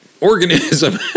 organism